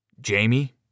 Jamie